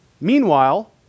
Meanwhile